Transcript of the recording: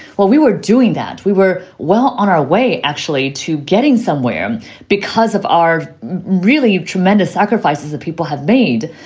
well, we were doing that. we were well on our way, actually, to getting somewhere because of our really tremendous sacrifices that people have made.